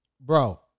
bro